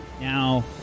Now